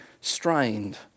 strained